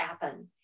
happen